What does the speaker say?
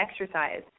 exercise